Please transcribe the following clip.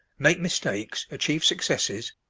make mistakes, achieve successes,